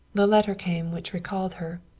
the letter came which recalled her.